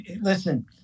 listen